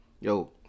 yo